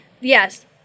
Yes